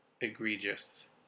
egregious